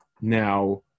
Now